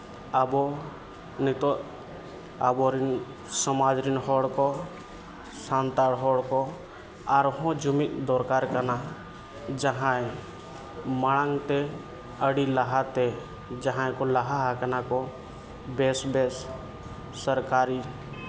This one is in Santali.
ᱟᱵᱚ ᱱᱤᱛᱚᱜ ᱟᱵᱚ ᱥᱚᱢᱟᱡᱽ ᱨᱮᱱ ᱦᱚᱲ ᱠᱚ ᱥᱟᱱᱛᱟᱲ ᱦᱚᱲ ᱠᱚ ᱟᱨᱦᱚᱸ ᱡᱩᱢᱤᱫ ᱫᱚᱨᱠᱟᱨ ᱠᱟᱱᱟ ᱡᱟᱦᱟᱸᱭ ᱢᱟᱲᱟᱝ ᱛᱮ ᱟᱹᱰᱤ ᱞᱟᱦᱟᱛᱮ ᱡᱟᱦᱟᱸᱭ ᱠᱚ ᱞᱟᱦᱟ ᱟᱠᱟᱱᱟ ᱵᱮᱹᱥᱼᱵᱮᱹᱥ ᱥᱚᱨᱠᱟᱨᱤ